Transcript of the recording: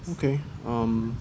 okay um